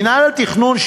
מינהל התכנון,